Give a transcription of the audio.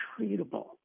treatable